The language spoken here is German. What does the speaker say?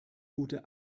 gute